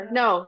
no